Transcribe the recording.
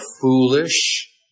foolish